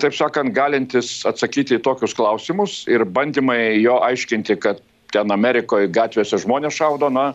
taip sakant galintis atsakyti į tokius klausimus ir bandymai jo aiškinti kad ten amerikoj gatvėse žmones šaudo na